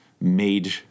made